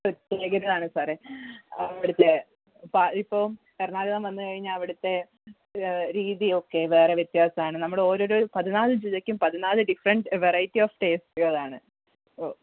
പ്രത്യേകത ആണ് സാറെ അവിടത്തെ ഇപ്പം ഇപ്പോൾ എറണാകുളം വന്ന് കഴിഞ്ഞാൽ അവിടത്തെ രീതിയൊക്കെ വേറെ വ്യത്യാസമാണ് നമ്മുടെ ഓരോരോ പതിനാല് ജില്ലക്കും പതിനാല് ഡിഫറൻറ്റ് വെറൈറ്റി ഓഫ് ടേസ്റ്റ്കളാണ് ഓ